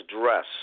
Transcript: dress